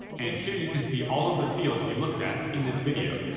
and here you can see all of the fields we looked at in this video,